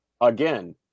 again